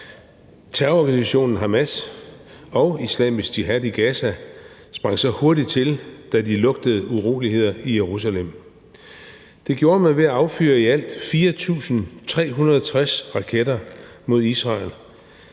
Terrororganisationen Hamas og Islamisk Jihad i Gaza sprang så hurtigt til, da de lugtede uroligheder i Jerusalem, og det gjorde man ved at affyre i alt 4.360 raketter mod Israel.